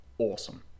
awesome